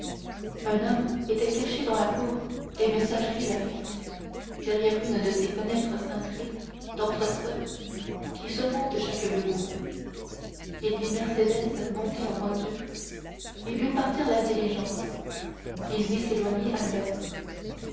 un homme était caché dans la cour des messageries laffitte derrière une de ces fenêtres cintrées d'entresol qui surmontent chaque bureau il vit mercédès monter en voiture il vit partir la diligence il vit s'éloigner albert